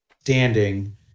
standing